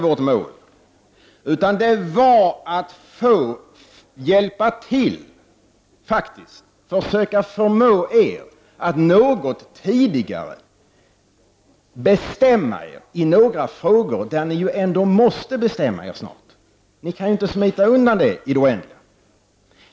Vårt mål var att få hjälpa till, faktiskt att försöka förmå er att något tidigare bestämma er i några frågor där ni ändå måste bestämma er. Ni kan inte smita undan i det oändliga.